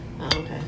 Okay